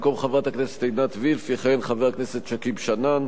במקום חברת הכנסת עינת וילף יכהן חבר הכנסת שכיב שנאן,